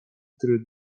który